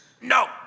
No